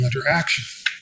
interaction